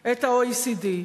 את ה-OECD.